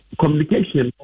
communication